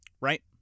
...right